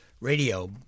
Radio